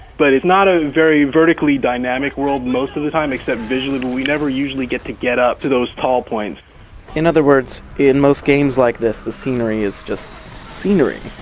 but it's not a very vertically dynamic world most of the time. except visually we never usually get to get up to those tall points in other words, in most games like this the scenery is just scenery.